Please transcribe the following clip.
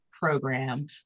program